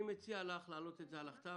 אני מציע לך להעלות את זה על הכתב